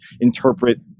interpret